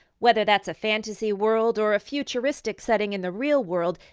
whether that's a fantasy world or a futuristic setting in the real world,